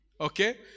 Okay